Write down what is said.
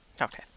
Okay